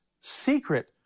secret